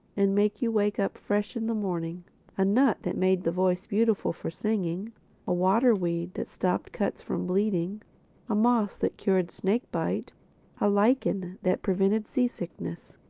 and make you wake up fresh in the morning a nut that made the voice beautiful for singing a water-weed that stopped cuts from bleeding a moss that cured snake-bite a lichen that prevented sea-sickness.